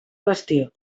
qüestió